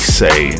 say